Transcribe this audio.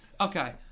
okay